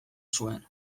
zuen